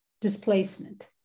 displacement